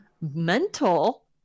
Mental